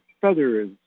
feathers